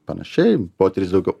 panašiai moteris daugiau